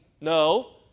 No